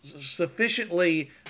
sufficiently